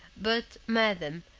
but, madam,